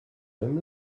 même